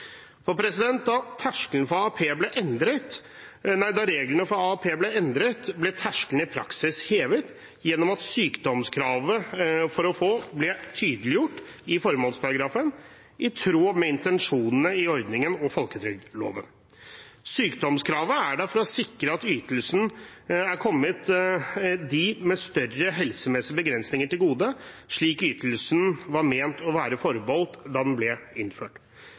Da reglene for AAP ble endret, ble terskelen i praksis hevet gjennom at sykdomskravet for å få ble tydeliggjort i formålsparagrafen, i tråd med intensjonene i ordningen og folketrygdloven. Sykdomskravet er der for å sikre at ytelsen er kommet dem med større helsemessige begrensninger til gode, de som ytelsen var ment å være forbeholdt da den ble innført.